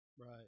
Right